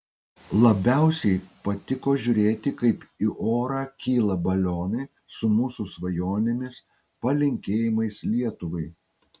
labiausiai patiko žiūrėti kaip į orą kyla balionai su mūsų svajonėmis palinkėjimais lietuvai